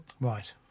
Right